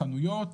החנויות,